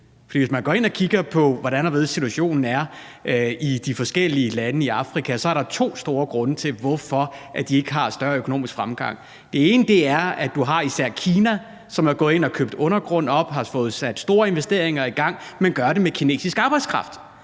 Hvis man går ind og kigger på, hvordan og hvorledes situationen er i de forskellige lande i Afrika, så er der to store grunde til, at de ikke har større økonomisk fremgang. Den ene er, at især Kina er gået ind og har købt undergrund op og har fået sat store investeringer i gang, men gør det med kinesisk arbejdskraft,